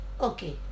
okay